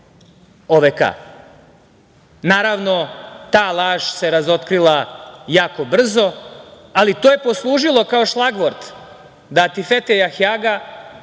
OVK.Naravno, ta laže se razotkrila jako brzo ali to je poslužilo kao šlagvort da Atifete Jahjaga